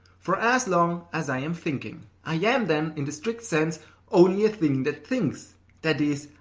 for as long as i am thinking. i am, then, in the strict sense only a thing that thinks that is,